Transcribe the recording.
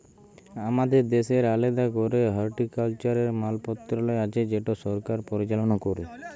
আমাদের দ্যাশের আলেদা ক্যরে হর্টিকালচারের মলত্রলালয় আছে যেট সরকার পরিচাললা ক্যরে